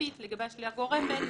הספציפית לגבי השלילה הגורפת,